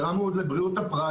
זה רע מאוד לבריאות הפרט.